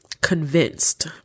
convinced